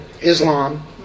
Islam